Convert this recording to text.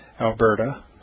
Alberta